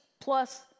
plus